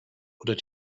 oder